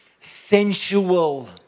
sensual